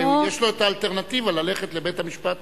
הרי יש לו האלטרנטיבה ללכת לבית-המשפט.